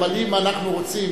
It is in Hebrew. אבל אם אנחנו רוצים